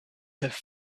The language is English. have